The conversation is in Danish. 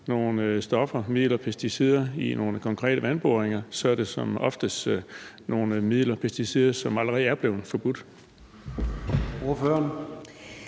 nogle stoffer – midler, pesticider – i nogle konkrete vandboringer, så er det som oftest nogle midler, pesticider, som allerede er blevet forbudt.